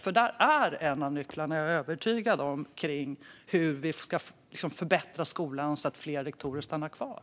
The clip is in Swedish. Jag är övertygad om att det är en av nycklarna till hur vi ska förbättra skolan så att fler rektorer stannar kvar.